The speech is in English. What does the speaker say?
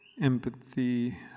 empathy